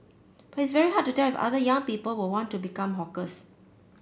but it's very hard to tell if other young people were want to become hawkers